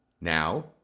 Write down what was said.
Now